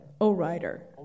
O-Rider